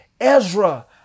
Ezra